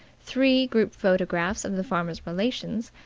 three group photographs of the farmer's relations,